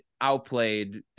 outplayed